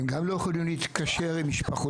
הם גם לא יכולים להתקשר עם משפחותיהם,